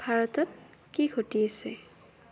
ভাৰতত কি ঘটি আছে